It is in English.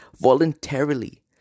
voluntarily